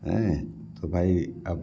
अऍं तो भाई अब